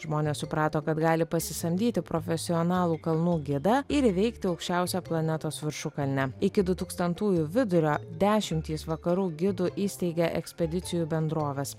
žmonės suprato kad gali pasisamdyti profesionalų kalnų gidą ir įveikti aukščiausią planetos viršukalnę iki du tūkstantųjų vidurio dešimtys vakarų gidų įsteigė ekspedicijų bendroves